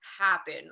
happen